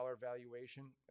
valuation